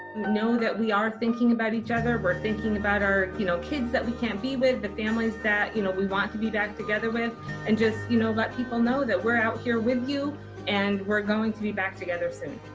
know that we are thinking about each other we're thinking about our you know kids that we can't be with the families that you know we want to be back together with and just you know let people know that we're out here with you and we're going to be back together soon